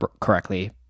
correctly